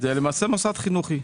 זה מוסד חינוכי,